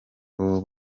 ubu